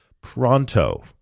pronto